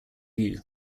view